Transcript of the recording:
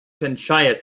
panchayat